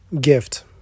gift